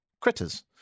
critters